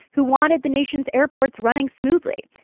who wanted the nation's airports running smoothly.